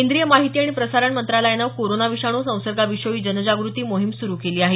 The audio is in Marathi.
केंद्रीय माहिती आणि प्रसारण मंत्रालयाने कोरोना विषाणू संसर्गाविषयी जनजाग्रती मोहीम सुरु केली आहे